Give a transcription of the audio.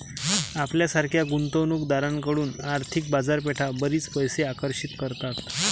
आपल्यासारख्या गुंतवणूक दारांकडून आर्थिक बाजारपेठा बरीच पैसे आकर्षित करतात